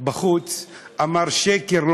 בחוץ אמר: שקר.